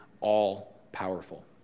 all-powerful